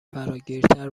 فراگیرتر